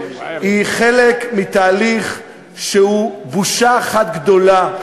היא חלק מתהליך שהוא בושה אחת גדולה,